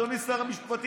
אדוני שר המשפטים,